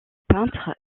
peintre